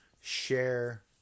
share